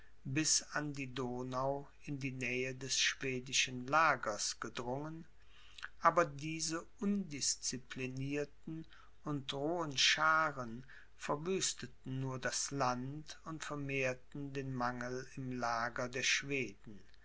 bis an die donau in die nähe des schwedischen lagers gedrungen aber diese undisciplinirten und rohen schaaren verwüsteten nur das land und vermehrten den mangel im lager der schweden